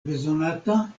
bezonata